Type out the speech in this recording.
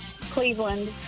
Cleveland